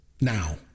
now